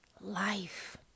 life